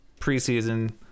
preseason